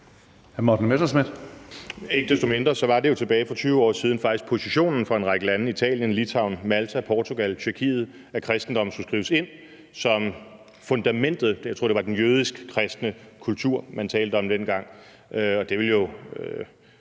Morten Messerschmidt (DF): Ikke desto mindre var det jo tilbage for 20 år siden faktisk positionen for en række lande, Italien, Litauen, Malta, Portugal, Tyrkiet, at kristendommen skulle skrives ind som fundamentet – jeg tror, det var den jødisk-kristne kultur, man talte om dengang. Og det vil jo